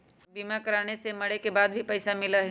बीमा कराने से मरे के बाद भी पईसा मिलहई?